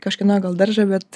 kažkieno gal daržą bet